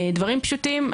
דברים פשוטים,